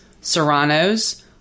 serranos